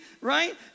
right